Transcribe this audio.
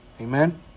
Amen